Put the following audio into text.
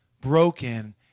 broken